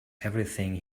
everything